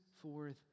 forth